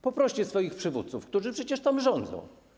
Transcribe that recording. Poproście swoich przywódców, którzy przecież tam rządzą.